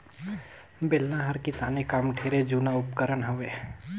बेलना हर किसानी काम कर ढेरे जूना उपकरन हवे